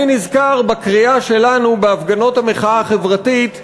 אני נזכר בקריאה שלנו בהפגנות המחאה החברתית ב-2011.